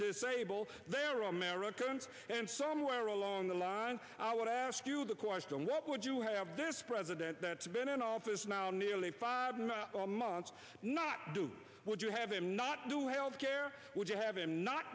disabled they are all americans and somewhere along the line i would ask you the question what would you have this president that's been in office now nearly five months not do would you have him not do health care would you have him not